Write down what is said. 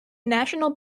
national